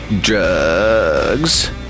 drugs